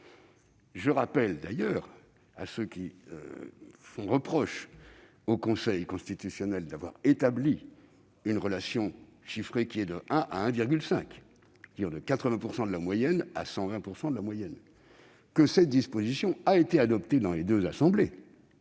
Je rappelle d'ailleurs à ceux qui font reproche au Conseil constitutionnel d'avoir établi une relation chiffrée de 1 à 1,5, c'est-à-dire de 80 % de la moyenne à 120 % de la moyenne de population représentée, que cette disposition a été adoptée dans les deux assemblées